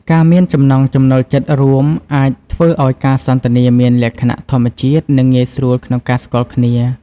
ការមានចំណង់ចំណូលចិត្តរួមអាចធ្វើឱ្យការសន្ទនាមានលក្ខណៈធម្មជាតិ និងងាយស្រួលក្នុងការស្គាល់គ្នា។